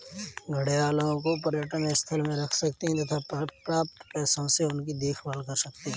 घड़ियालों को पर्यटन स्थल में रख सकते हैं तथा प्राप्त पैसों से उनकी देखभाल कर सकते है